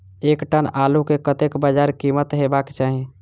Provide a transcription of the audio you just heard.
एक टन आलु केँ कतेक बजार कीमत हेबाक चाहि?